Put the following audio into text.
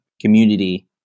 community